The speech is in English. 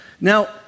now